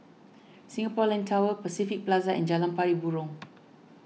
Singapore Land Tower Pacific Plaza and Jalan Pari Burong